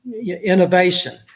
innovation